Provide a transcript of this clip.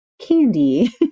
candy